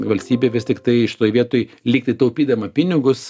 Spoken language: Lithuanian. valstybė vis tiktai šitoj vietoj lyg tai taupydama pinigus